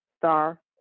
star